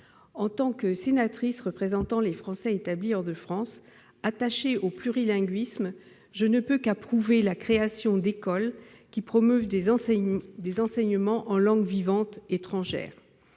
En tant que sénatrice représentant les Français établis hors de France, attachée au plurilinguisme, je ne peux qu'approuver la création d'écoles qui promeuvent des enseignements en langue vivante étrangère.